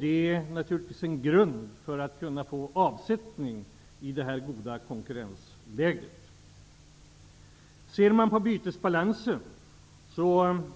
Det är naturligtvis en grund för att få ordentlig avsättning i det goda konkurrensläget. Låt oss vidare se på bytesbalansen.